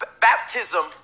Baptism